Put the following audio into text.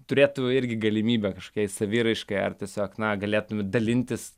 turėtų irgi galimybę kažkokiai saviraiškai ar tiesiog na galėtume dalintis